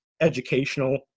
educational